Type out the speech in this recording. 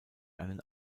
einen